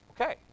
Okay